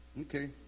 Okay